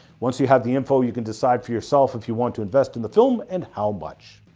once you have the info, you can decide for yourself if you want to invest in the film and how much.